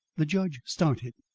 the judge started.